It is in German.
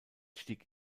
stieg